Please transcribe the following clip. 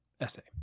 essay